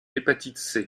l’hépatite